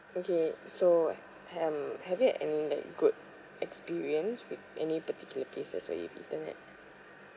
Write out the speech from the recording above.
okay so hmm have you I mean like good experience with any particular places where you've eaten at